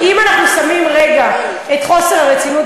אבל אם אנחנו שמים רגע את חוסר הרצינות